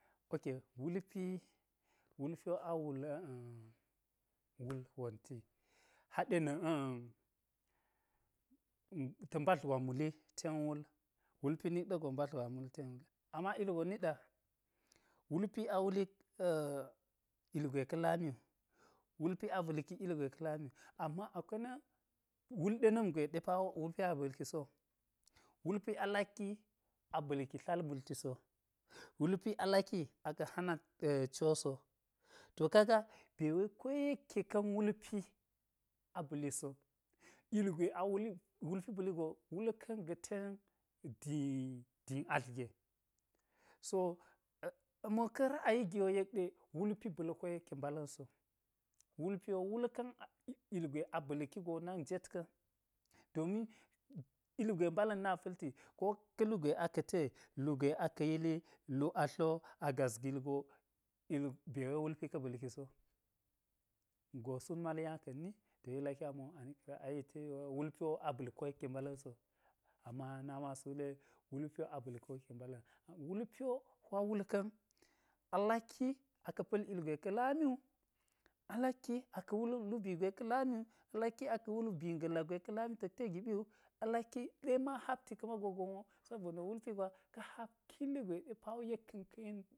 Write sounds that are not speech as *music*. Ok, wulpi, wulpi wo awul a̱a̱ *hesitation* *unintelligible* ta mbadl gwa muli, ten wul wulpi nik ɗa̱ go mbadl gwa a mul ten *unintelligible* ama ugon niɗa wulpi, a wulik idgwe ka̱ lami wu, wulpi aba̱lki ugwe ka̱ lami wu, ama akwai na̱ wul ɗenam gwe ɗe pawo wulpi aba̱lki sowu, wulpi alakki aba̱lki tlal mlti so, wulpi alaki aka̱ hana cwo so, to kaga be we ko yekke ka̱n wulpi aba̱liso, ugwe a wulpi ba̱li go wul ka̱n gaten dii dii atlge, so amo ka̱ ra'ayi giwo yek ɗe wulpi ba̱l ko yekke mbala̱n so, wulpi wo wul ka̱n ugwe a ba̱lki go nak njet ka̱n domin ugwe mbala̱n na palti, ko ka̱ lugwe aka̱ te higwe aka̱ yili, lu atlo a̱ gas gil go, il be we wulpi ka ba̱lki so, go sut mal nya ka̱n ni, to, yek laki amo ani ten ra'ayi wulpi aba̱l koyekke mbala̱nso, ama nami wo asa̱ wule wulpi aba̱l ko yekke mbala̱n, wulpi wo hwa wulka̱n, alakki aka̱ pa̱l ugwe ka̱ lami wu, alakki aka̱ wul lubu gwe ka̱ lami wu, alakki aka̱ wul bii ga̱lla gwe ka lami ta̱k te giɓi wu, alakki ɗema hapti ka̱ mago gon wo sabona̱ wulpi gwa, ka hap kili gwe ɗepa yekka̱n ka̱ yeniwu